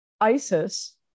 ISIS